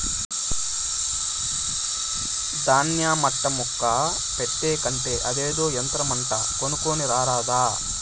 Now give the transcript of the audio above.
దాన్య మట్టా ముక్క పెట్టే కంటే అదేదో యంత్రమంట కొనుక్కోని రారాదా